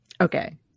Okay